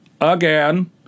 Again